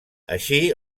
així